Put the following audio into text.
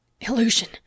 Illusion